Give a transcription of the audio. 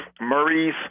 Maurice